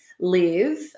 live